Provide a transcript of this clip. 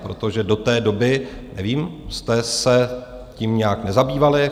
Protože do té doby, nevím, jste se tím nějak nezabývali?